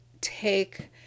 take